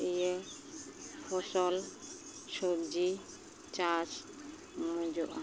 ᱤᱭᱟᱹ ᱯᱷᱚᱥᱚᱞ ᱥᱚᱵᱽᱡᱤ ᱪᱟᱥ ᱢᱚᱡᱚᱜᱼᱟ